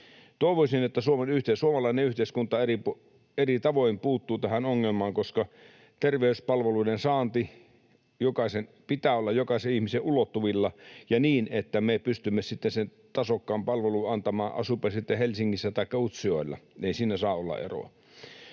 Toivoisin, että suomalainen yhteiskunta eri tavoin puuttuu tähän ongelmaan, koska terveyspalveluiden saannin pitää olla jokaisen ihmisen ulottuvilla, ja niin, että me pystymme sitten sen tasokkaan palvelun antamaan, asuipa sitten Helsingissä taikka Utsjoella. Ei siinä saa olla eroa.